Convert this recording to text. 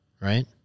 right